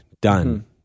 done